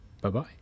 bye-bye